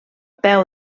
peu